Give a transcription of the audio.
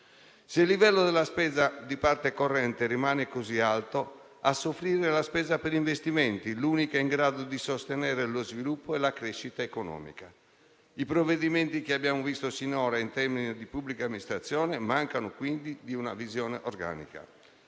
Se il livello della spesa di parte corrente rimane così alto, a soffrire sarà la spesa per investimenti, l'unica in grado di sostenere lo sviluppo e la crescita economica. I provvedimenti che abbiamo visto sinora in termini di pubblica amministrazione mancano quindi di una visione organica.